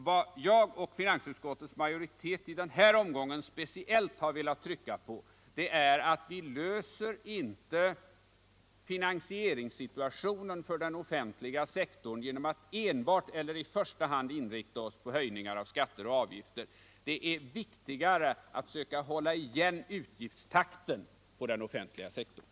Vad jag och finansutskottets majoritet i den här omgången speciellt har velat trycka på är att vi klarar inte finansieringen av den offentliga sektorn genom att enbart eller i första hand inrikta oss på höjningar av skatter och avgifter. Det är viktigare att söka hålla igen ökningstakten i utgifterna på den offentliga sektorn.